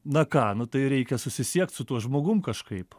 na ką nu tai reikia susisiekt su tuo žmogum kažkaip